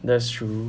that's true